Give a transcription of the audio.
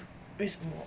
为什么